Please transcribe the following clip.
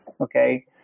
Okay